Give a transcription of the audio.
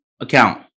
account